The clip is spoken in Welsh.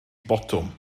botwm